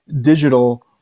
digital